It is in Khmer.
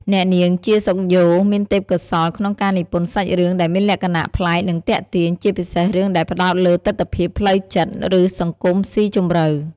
អ្នកនាង ជា សុខយ៉ូ មានទេពកោសល្យក្នុងការនិពន្ធសាច់រឿងដែលមានលក្ខណៈប្លែក និងទាក់ទាញ ជាពិសេសរឿងដែលផ្តោតលើទិដ្ឋភាពផ្លូវចិត្ត ឬសង្គមស៊ីជម្រៅ។